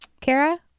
Kara